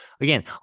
again